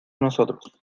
nosotros